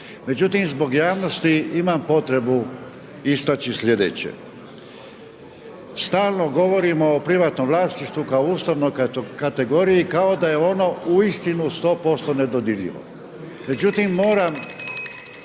Međutim, zbog javnosti imam potrebu istaći sljedeće. Stalno govorimo o privatnom vlasništvu kao ustavnoj kategoriji kao da je ono uistinu 100% nedodirljivo. Međutim, moram